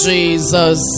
Jesus